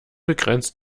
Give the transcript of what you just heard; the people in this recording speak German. begrenzt